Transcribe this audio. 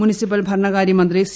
municipal ഭരണകാര്യ മന്ത്രി C